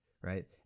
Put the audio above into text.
right